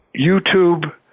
YouTube